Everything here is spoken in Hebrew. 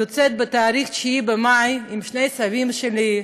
יוצאת ב-9 במאי עם שני הסבים שלי,